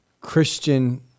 Christian